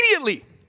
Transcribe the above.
immediately